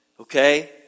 Okay